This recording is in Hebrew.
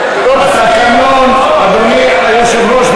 אדוני היושב-ראש,